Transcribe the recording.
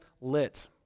lit